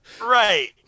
Right